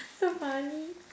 so funny